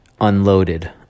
unloaded